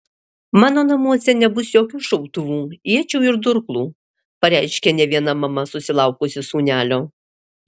mano namuose nebus jokių šautuvų iečių ir durklų pareiškia ne viena mama susilaukusi sūnelio